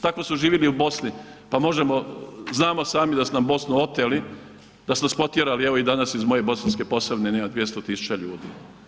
Tako su živjeli i u Bosni pa možemo, znamo sami da su nam Bosnu oteli, da su nas potjerali, evo i danas i moje Bosanske Posavine nema 200 tisuća ljudi.